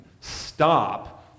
stop